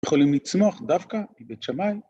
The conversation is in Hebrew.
יכולים לצמוח דווקא בבית שמאי.